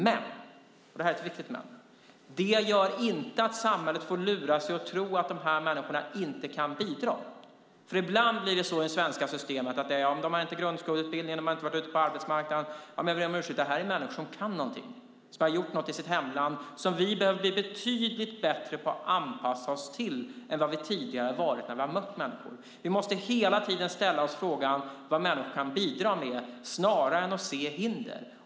Men - och det här är ett viktigt men - det gör inte att samhället får lura sig att tro att dessa människor inte kan bidra. Ibland blir det nämligen så i det svenska systemet. Man säger: De har inte grundskoleutbildning, och de har inte varit ute på arbetsmarknaden. Jag ber om ursäkt, men detta är människor som kan någonting. De har gjort något i sitt hemland, och vi behöver bli betydligt bättre på att anpassa oss till detta än vad vi tidigare har varit när vi har mött människor. Vi måste hela tiden ställa oss frågan vad människor kan bidra med, snarare än att se hinder.